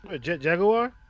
Jaguar